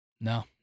No